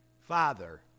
Father